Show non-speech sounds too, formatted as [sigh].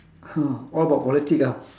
[noise] all about politics ah